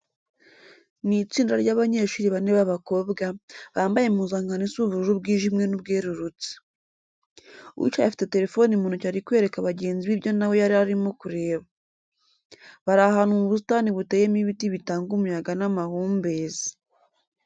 Ni itsinda ry'abanyeshuri bane b'abakobwa, bambaye impuzankano isa ubururu bwijimye n'ubwerurutse. Uwicaye afite telefone mu ntoki ari kwereka bagenzi be ibyo na we yari arimo kureba. Bari ahantu mu busitani buteyemo ibiti bitanga umuyaga n'amahumbezi.